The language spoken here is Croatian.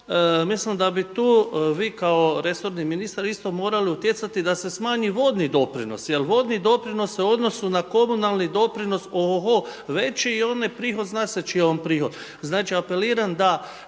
mislim da bi tu vi kao resorni ministar isto morali utjecati da se smanji vodni doprinos. Jer vodni doprinos u odnosnu na komunalni doprinos je ohoho veći i on je prihod, zna se čiji je on prihod.